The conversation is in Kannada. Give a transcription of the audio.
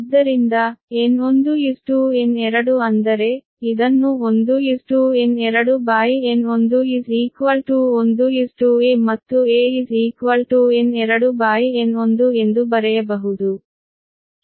ಆದ್ದರಿಂದ N1N2 ಅಂದರೆ ಇದನ್ನು 1 N2 N1 1 a ಮತ್ತು a N2N1 ಎಂದು ಬರೆಯಬಹುದು